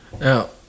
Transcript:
Now